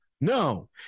No